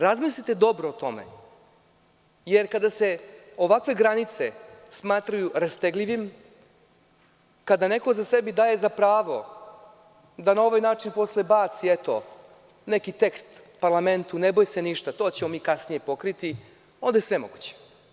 Razmislite dobro o tome, jer kada se ovakve granice smatraju rastegljivim, kada neko sebi daje za pravo da na ovaj način posle baci eto neki tekst parlamentu, ne boj se ništa, to ćemo mi kasnije pokriti, onda je sve moguće.